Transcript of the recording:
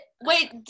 wait